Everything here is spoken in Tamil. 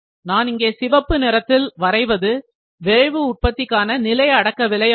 நான் இங்கே சிவப்பு நிறத்தில் வரைவது விரைவு உற்பத்திக்கான நிலை அடக்க விலை ஆகும்